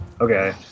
okay